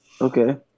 Okay